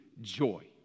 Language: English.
joy